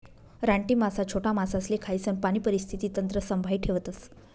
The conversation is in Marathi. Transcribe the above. रानटी मासा छोटा मासासले खायीसन पाणी परिस्थिती तंत्र संभाई ठेवतस